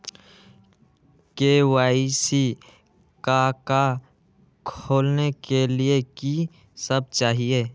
KYC का का खोलने के लिए कि सब चाहिए?